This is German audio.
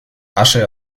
asche